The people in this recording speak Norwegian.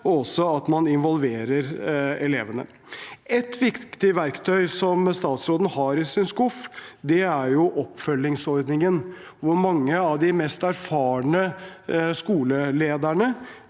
og at man involverer elevene. Et viktig verktøy som statsråden har i sin skuff, er oppfølgingsordningen, hvor mange av de mest erfarne skolelederne